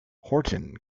horton